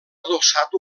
adossat